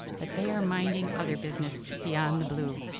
but they are minding other business beyond the blue,